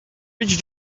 pitch